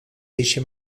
eixe